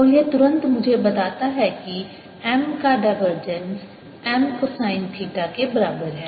और यह तुरंत मुझे बताता है कि M का डाइवर्जेंस M कोसाइन थीटा के बराबर है